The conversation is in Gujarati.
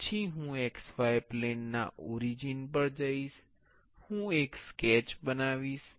પછી હું XY પ્લેન ના ઓરિજિન પર જઈશ હું એક સ્કેચ બનાવીશ